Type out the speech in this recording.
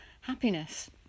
happiness